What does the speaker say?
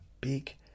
big